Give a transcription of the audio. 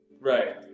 Right